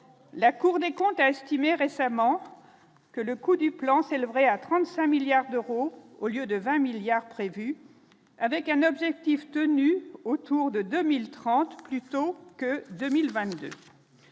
la Cour des comptes a estimé récemment que le coût du plan vrai à 35 milliards d'euros au lieu de 20 milliards prévus avec un objectif tenu autour de 2030 plutôt que 2022,